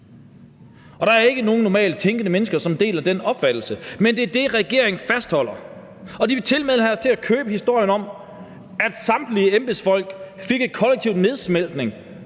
Der er ikke nogen normalt tænkende mennesker, som deler den opfattelse, men det er det, regeringen fastholder, og de vil tilmed have os til at købe historien om, at samtlige embedsfolk fik en kollektiv nedsmeltning